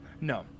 No